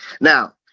Now